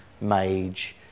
mage